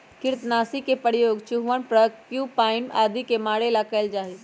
कृन्तकनाशी के प्रयोग चूहवन प्रोक्यूपाइन आदि के मारे ला कइल जा हई